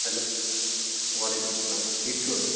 hello وعلیکُم السلام ٹھیٖک چھُو حظ